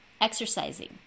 exercising